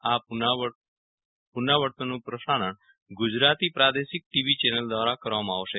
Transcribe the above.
આ પુનરાવર્તનનું પ્રસારણ ગુજરાતી પ્રાદેશિક ટીવી ચેનલ દ્વારા કરવામાં આવશે